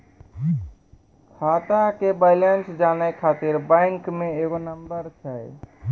खाता के बैलेंस जानै ख़ातिर बैंक मे एगो नंबर छै?